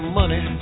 money